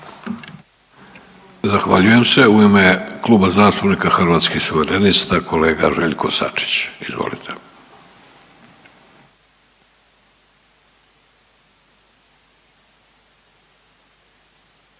Zahvaljujem se. U ime Kluba zastupnika Hrvatskih suverenista kolega Željko Sačić, izvolite.